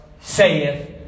saith